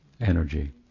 energy